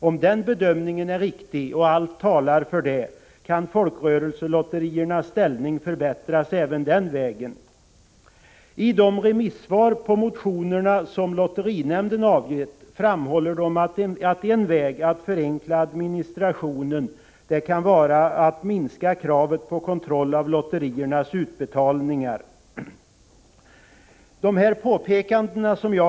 Om den bedömningen är riktig, och allt talar för det, kan folkrörelselotteriernas ställning förbättras även den vägen. I de remissvar på motionerna som lotterinämnden har avgett framhålls att en väg att förenkla administrationen kan vara att minska kravet på kontroll — Prot. 1985/86:31 av lotteriernas utbetalningar.